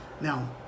now